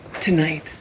Tonight